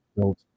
built